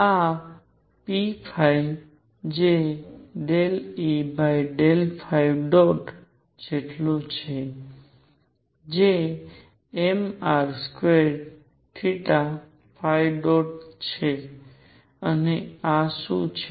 આ p જે ∂E જેટલું છે જે mr2θϕ̇ છે અને આ શું છે